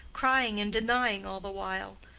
crying and denying all the while.